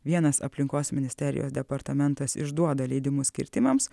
vienas aplinkos ministerijos departamentas išduoda leidimus kirtimams